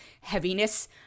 heaviness